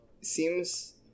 seems